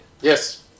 Yes